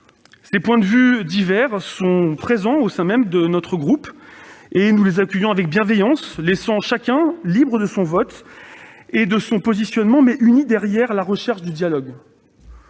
Ces points de vue divers sont présents au sein même de notre groupe ; nous les accueillons avec bienveillance. Nous laissons donc chacun libre de son vote et de son positionnement, mais nous restons unis derrière la recherche du dialogue.